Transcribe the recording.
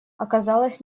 оказалось